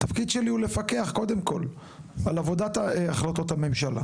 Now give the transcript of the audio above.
שהתפקיד שלי הוא קודם כל לפקח על החלטות הממשלה.